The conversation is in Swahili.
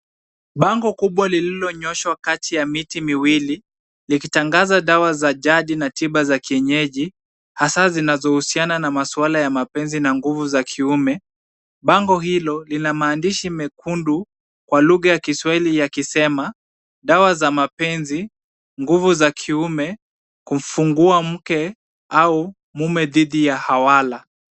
Bango kubwa lililonyooshwa kati ya miti miwili likitangaza dawa za jadi na tiba za kienyeji, hasaa zinazohusiana na maswala ya mapenzi na nguvu za kiume. Bango hilo lina maandishi mekundu kwa lugha ya kiswahili yakisema dawa za mapenzi, nguvu za kiume, kufungua mke au mume dhidi ya hawala.